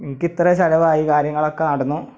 എനിക്ക് ഇത്ര ചെലവായി കാര്യങ്ങളൊക്കെ നടന്നു